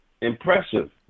impressive